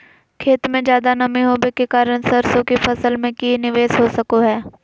खेत में ज्यादा नमी होबे के कारण सरसों की फसल में की निवेस हो सको हय?